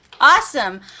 Awesome